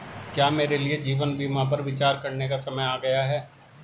क्या मेरे लिए जीवन बीमा पर विचार करने का समय आ गया है?